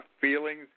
feelings